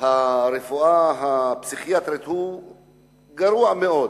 הרפואה הפסיכיאטרית הוא גרוע מאוד,